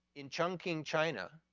in chongqing china,